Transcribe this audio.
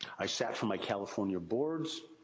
i sat for my california boards,